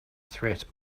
threat